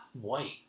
white